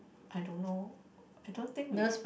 I don't know I don't think we